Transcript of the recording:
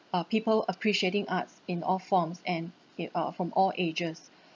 uh people appreciating arts in all forms and in uh from all ages